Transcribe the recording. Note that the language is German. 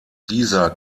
dieser